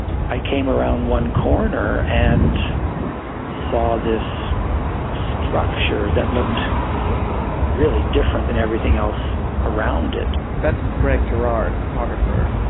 i came around one corner and saw this structure that looked really different than everything else around it that's greg girard, a photographer.